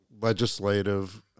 legislative